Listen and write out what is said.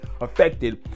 affected